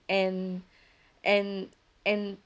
and and and